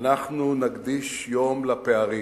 נקדיש יום לפערים.